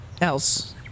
else